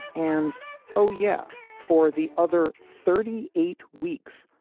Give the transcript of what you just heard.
and oh, yeah, for the other thirty eight weeks.